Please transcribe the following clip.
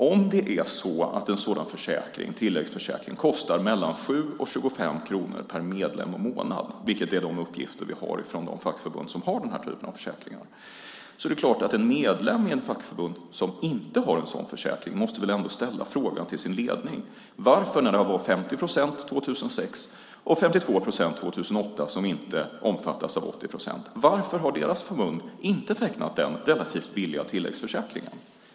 Om en sådan tilläggsförsäkring kostar mellan 7 och 25 kronor per medlem och månad - det är de uppgifter vi har från de fackförbund som har den här typen av försäkringar - måste väl en medlem i ett fackförbund som inte har en sådan försäkring ställa frågan till sin ledning: När det var 50 procent 2006 och 52 procent 2008 som inte omfattades av 80 procent, varför har förbundet inte tecknat den relativt billiga tilläggsförsäkringen?